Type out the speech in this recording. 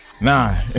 nah